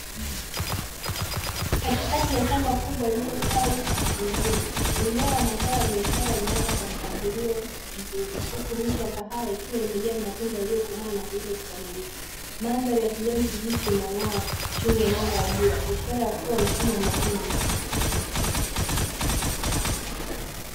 Katikati ya shamba kubwa lililostawi vizuri, mimea ya mazao ya biashara imeota kwa mpangilio mzuri, huku miti ya kahawa ikiwa imejaa matunda yaliyokomaa na kuiva kikamilifu. Mandhari ya kijani kibichi inang'aa chini ya mwanga wa jua, ishara ya kuwa msimu wa mavuno umefika.